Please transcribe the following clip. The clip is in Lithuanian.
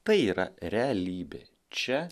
tai yra realybė čia